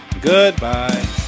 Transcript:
goodbye